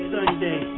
Sunday